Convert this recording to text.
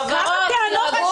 חברות, תירגעו.